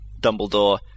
Dumbledore